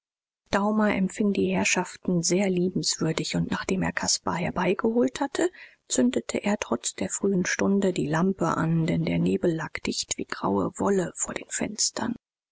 daumer empfing die herrschaften sehr liebenswürdig und nachdem er caspar herbeigeholt hatte zündete er trotz der frühen stunde die lampe an denn der nebel lag dicht wie graue wolle vor den fenstern